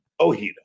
Ojeda